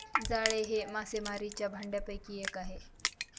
जाळे हे मासेमारीच्या भांडयापैकी एक आहे